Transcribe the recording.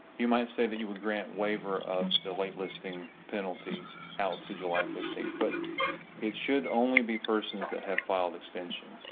you might say that you would grant waiver of the whitelisting penalty out to july fifteen. but it should only be persons that have filed extension.